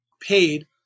paid